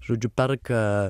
žodžiu perka